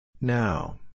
Now